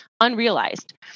unrealized